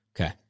Okay